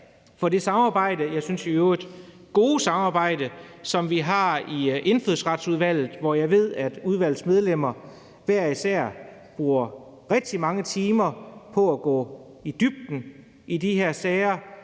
for det samarbejde – jeg synes i øvrigt gode samarbejde – som vi har i Indfødsretsudvalget, hvor jeg ved, at udvalgets medlemmer hver især bruger rigtig mange timer på at gå i dybden med de her sager,